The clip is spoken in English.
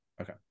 Okay